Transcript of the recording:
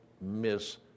miss